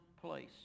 place